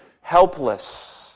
Helpless